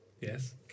Yes